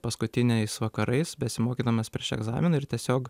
paskutiniais vakarais besimokydamas prieš egzaminą ir tiesiog